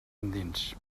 endins